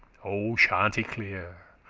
o chanticleer!